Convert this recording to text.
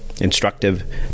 Instructive